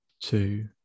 two